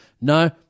No